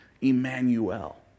Emmanuel